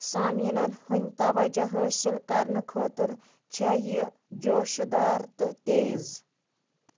سامیٖنَن ہٕنٛدۍ تَوَجَہ حٲصِل کرنہٕ خٲطٕر چھےٚ یہِ جوشہٕ دار تہٕ تیز